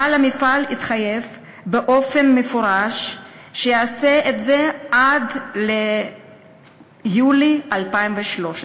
בעל המפעל התחייב באופן מפורש שיעשה את זה עד יולי 2013,